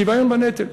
שוויון בנטל.